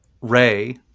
Ray